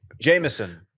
Jameson